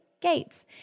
Gates